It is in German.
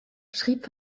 schrieb